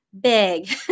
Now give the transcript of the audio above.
big